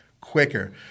quicker